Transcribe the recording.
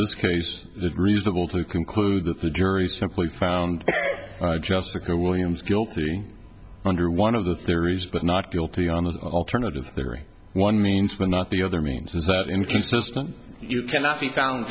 this case that reasonable to conclude that the jury simply found jessica williams guilty under one of the theories but not guilty on the alternative theory one means the not the other means is that inconsistent you cannot be found